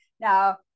now